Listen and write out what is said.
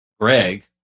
Greg